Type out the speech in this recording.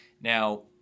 Now